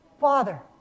Father